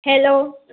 hello